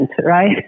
right